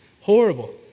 Horrible